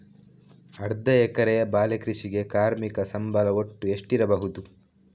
ಅರ್ಧ ಎಕರೆಯ ಬಾಳೆ ಕೃಷಿಗೆ ಕಾರ್ಮಿಕ ಸಂಬಳ ಒಟ್ಟು ಎಷ್ಟಿರಬಹುದು?